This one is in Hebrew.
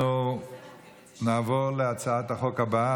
אנחנו נעבור להצעת החוק הבאה,